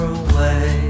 away